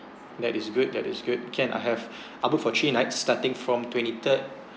that is good that is good can I have I'll book for three nights starting from twenty third